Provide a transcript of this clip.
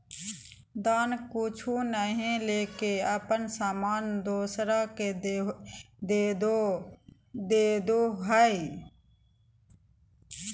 दान कुछु नय लेके अपन सामान दोसरा के देदो हइ